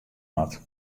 moat